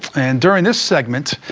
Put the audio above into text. and during this segment,